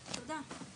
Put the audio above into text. תודה.